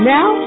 Now